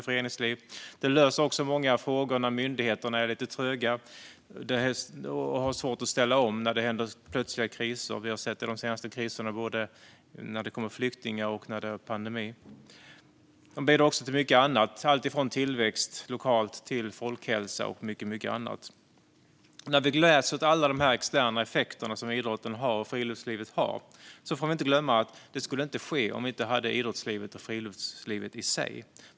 Föreningslivet löser också många frågor när myndigheterna är lite tröga och har svårt att ställa om, till exempel vid plötsliga kriser. Det har vi sett vid de senaste kriserna, både när det har kommit flyktingar och när det har pågått en pandemi. De bidrar också till mycket annat, alltifrån lokal tillväxt till folkhälsa. När vi gläds åt alla de externa effekter som idrotten och friluftslivet har får vi inte glömma att det inte skulle ske om vi inte hade idrotten och friluftslivet i sig.